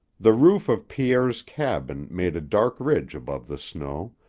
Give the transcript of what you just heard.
the roof of pierre's cabin made a dark ridge above the snow,